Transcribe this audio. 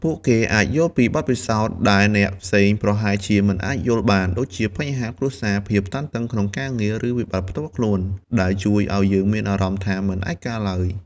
ពួកគេអាចយល់ពីបទពិសោធន៍ដែលអ្នកផ្សេងប្រហែលជាមិនអាចយល់បាន ដូចជាបញ្ហាគ្រួសារ ភាពតានតឹងក្នុងការងារ ឬវិបត្តិផ្ទាល់ខ្លួន ដែលជួយឱ្យយើងមានអារម្មណ៍ថា មិនឯកាឡើយ។